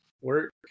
Work